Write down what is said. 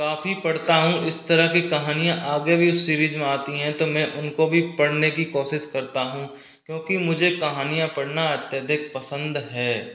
काफी पढ़ता हूँ इस तरह की कहानियाँ आगे भी सीरीज में आती हैं तो मैं उनको भी पढ़ने की कोशिश करता हूँ क्योंकि मुझे कहानियाँ पढ़ना अत्यधिक पसंद है